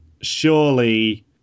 surely